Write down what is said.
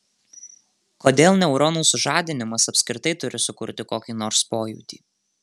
kodėl neuronų sužadinimas apskritai turi sukurti kokį nors pojūtį